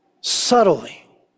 subtly